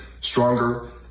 stronger